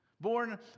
born